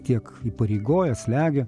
tiek įpareigoja slegia